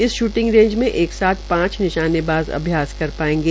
इस shooting range में एक साथ पांच निशाने बाज़ अभ्यास कर पायेंगे